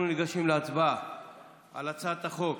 אנחנו ניגשים להצבעה על הצעת חוק